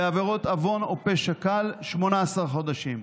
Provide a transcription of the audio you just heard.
בעבירות עוון או פשע קל, 18 חודשים,